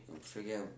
forget